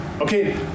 Okay